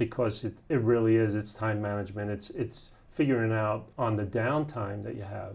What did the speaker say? because it really is time management it's figuring out on the down time that you have